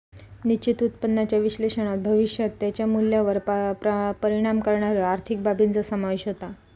निश्चित उत्पन्नाच्या विश्लेषणात भविष्यात त्याच्या मूल्यावर परिणाम करणाऱ्यो आर्थिक बाबींचो समावेश होता